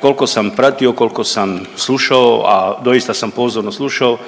Koliko sam pratio, koliko sam slušao, a doista sam pozorno slušao